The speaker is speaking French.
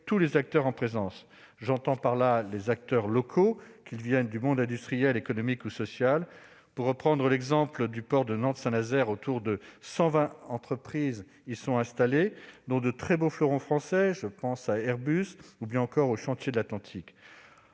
tous les acteurs en présence. J'entends par là les acteurs locaux, qu'ils viennent du monde industriel, économique ou social. Pour reprendre l'exemple du port de Nantes-Saint-Nazaire, environ 120 entreprises y sont installées, dont de très beaux fleurons français, comme Airbus ou bien encore les Chantiers de l'Atlantique.